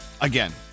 again